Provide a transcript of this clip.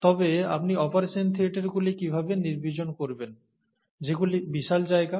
তবে আপনি অপারেশন থিয়েটারগুলি কীভাবে নির্বীজন করবেন যেগুলি বিশাল জায়গা